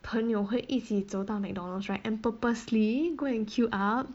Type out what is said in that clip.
朋友会一起走到 McDonald's right and purposely go and queue up